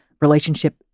relationship